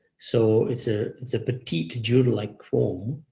so it's ah it's a petite jewel like form,